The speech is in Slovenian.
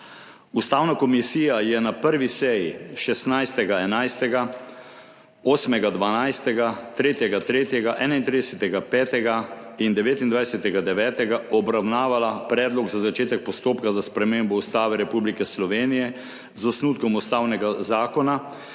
Ustavna komisija je na 1. seji 16. 11., 8. 12., 3. 3., 31. 5. in 29. 9. obravnavala Predlog za začetek postopka za spremembo Ustave Republike Slovenije z osnutkom ustavnega zakona,